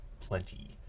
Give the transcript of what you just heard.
plenty